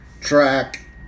track